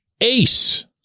ace